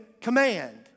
command